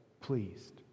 pleased